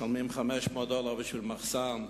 משלמים 500 דולר בשביל מחסן,